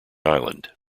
island